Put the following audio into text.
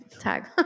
tag